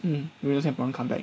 mm we also have [one] come back